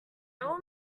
all